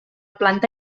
planta